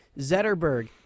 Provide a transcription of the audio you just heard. Zetterberg